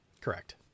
Correct